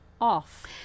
off